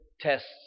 tests